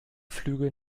flüge